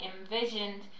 envisioned